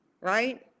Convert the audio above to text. Right